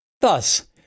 Thus